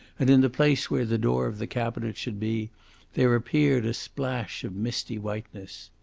and in the place where the door of the cabinet should be there appeared a splash of misty whiteness.